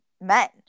men